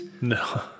No